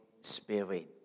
Spirit